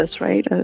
right